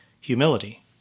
humility